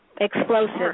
explosive